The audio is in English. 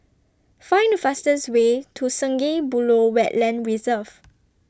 Find The fastest Way to Sungei Buloh Wetland Reserve